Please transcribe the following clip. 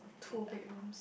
two bedrooms